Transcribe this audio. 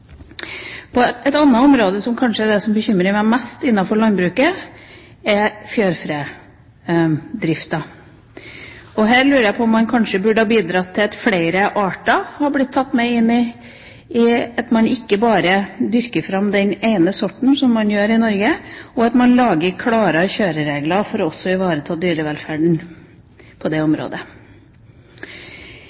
dyrevelferden. Et annet område som kanskje er det som bekymrer meg mest innenfor landbruket, er fjørfedriften. Her lurer jeg på om man kanskje burde ha bidratt til at flere arter hadde blitt tatt inn – at man ikke bare dyrker fram den ene sorten, som man gjør i Norge, og at man burde lage klarere kjøreregler for å ivareta dyrevelferden også på det området.